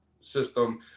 system